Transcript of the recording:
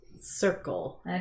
Circle